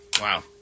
Wow